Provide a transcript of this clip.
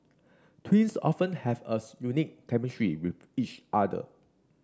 twins often have a unique chemistry with each other